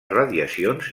radiacions